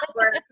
work